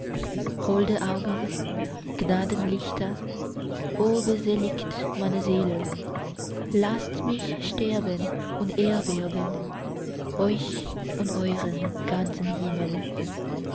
holde augen gnadenlichter o beseligt meine seele laßt mich sterben und erwerben euch und euren ganzen himmel